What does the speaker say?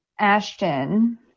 Ashton